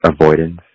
avoidance